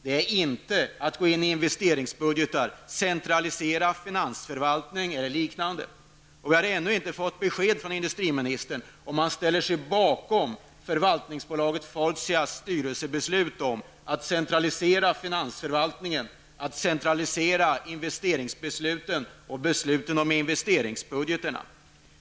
Det betyder inte att bolaget kan gå in i investeringsbudgetar, centralisera finansförvaltningen eller liknande. Vi har ännu inte fått besked från industriministern om han ställer sig bakom förvaltningsbolaget Fortias styrelsebeslut om att centralisera finansförvaltningen, investeringsbesluten och besluten om investeringsbudgetarna.